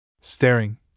Staring